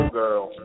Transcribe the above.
girl